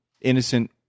innocent